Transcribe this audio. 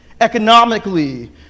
economically